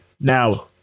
Now